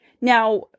Now